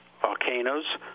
volcanoes